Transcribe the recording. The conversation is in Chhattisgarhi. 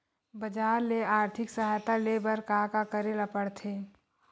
बजार ले आर्थिक सहायता ले बर का का करे ल पड़थे?